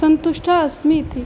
सन्तुष्टा अस्मि इति